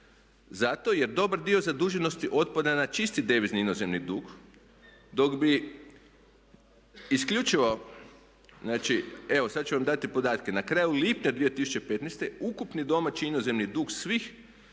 Zato jer dobar dio zaduženosti otpada na čisti devizni inozemni dug, dok bi isključivo, znači evo sad ću vam dati podatke. Na kraju lipnja 2015. ukupni domaći inozemni dug svih